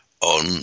on